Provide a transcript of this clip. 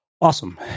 Awesome